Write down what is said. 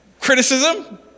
criticism